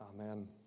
Amen